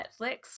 Netflix